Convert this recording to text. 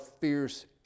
fierce